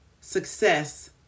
success